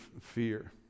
fear